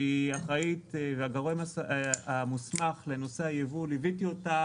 שהיא האחראית והגורם המוסמך לנושא היבוא ליוויתי אותה